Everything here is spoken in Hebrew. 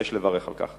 ויש לברך על כך.